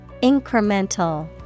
Incremental